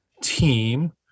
team